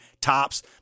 tops